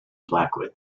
blackwood